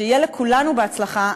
שיהיה לכולנו בהצלחה.